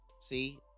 see